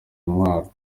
intwaro